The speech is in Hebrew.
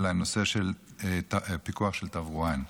נושא של פיקוח תברואן.